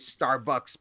Starbucks